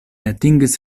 atingis